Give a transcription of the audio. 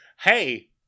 Hey